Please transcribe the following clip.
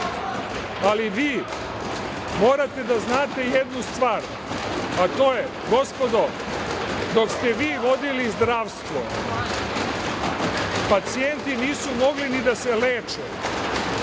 ali vi morate da znate jednu stvar, a to je, gospodo, dok ste vi vodili zdravstvo pacijenti nisu mogli ni da se leče.